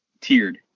tiered